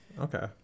Okay